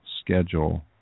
schedule